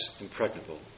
impregnable